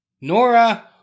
Nora